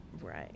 Right